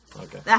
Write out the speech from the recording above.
Okay